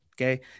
Okay